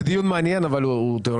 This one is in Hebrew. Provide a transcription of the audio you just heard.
זה דיון מעניין אך תיאורטי.